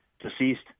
deceased